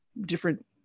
different